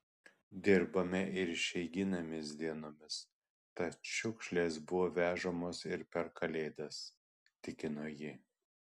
dirbame ir išeiginėmis dienomis tad šiukšlės buvo vežamos ir per kalėdas tikino ji